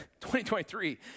2023